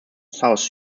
south